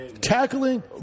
tackling